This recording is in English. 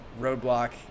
roadblock